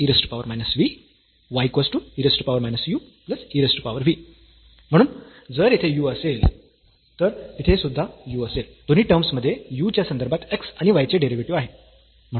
xeu e−v ye−u ev म्हणून जर येथे u असेल तर तिथे सुद्धा u असेल दोन्ही टर्म्स मध्ये येथे u च्या संदर्भात x आणि y चे डेरिव्हेटिव्ह आहे